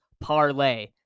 Parlay